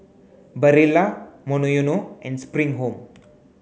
Barilla Monoyono and Spring Home